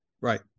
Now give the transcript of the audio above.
Right